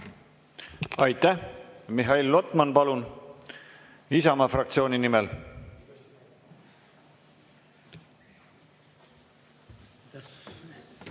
Aitäh! Mihhail Lotman, palun, Isamaa fraktsiooni nimel!